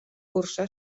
cursà